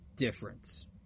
difference